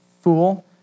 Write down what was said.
fool